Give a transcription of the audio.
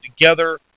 together